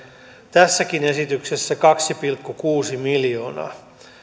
tässäkin esityksessä kaksi pilkku kuusi miljoonaa